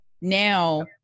now